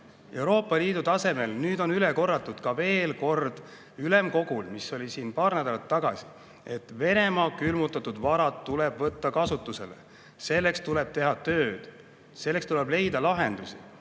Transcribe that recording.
Euroopa Liidu tasemel. Nüüd on ülemkogul veel kord üle korratud – see oli paar nädalat tagasi –, et Venemaa külmutatud varad tuleb kasutusele võtta. Selleks tuleb teha tööd, selleks tuleb leida lahendusi.